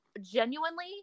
genuinely